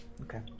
Okay